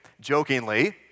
Jokingly